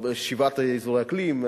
שבעה אזורי אקלים,